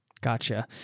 Gotcha